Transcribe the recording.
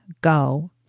go